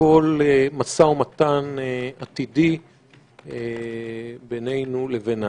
כל משא ומתן עתידי בינינו לבינם.